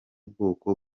bwoko